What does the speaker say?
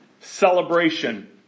celebration